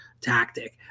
tactic